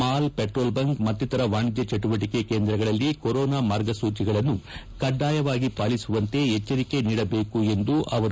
mall petrol bunk ಮತ್ತಿತರ ವಾಣಿಜ್ಯ ಚಟುವಟಿಕೆ ಕೇಂದ್ರಗಳಲ್ಲಿ ಕರೋನಾ ಮಾರ್ಗಸೂಚಿಗಳನ್ನು ಕಡ್ಡಾಯವಾಗಿ ಪಾಲಿಸುವಂತೆ ಎಚ್ಚರಿಕೆ ನೀಡಬೇಕು ಎಂದರು